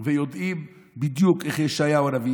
ויודעים בדיוק איך ישעיהו הנביא,